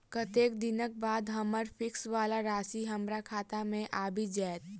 कत्तेक दिनक बाद हम्मर फिक्स वला राशि हमरा खाता मे आबि जैत?